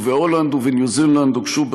ובהולנד ובניו-זילנד הוגשו,